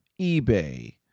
eBay